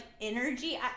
energy